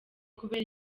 kubera